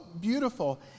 beautiful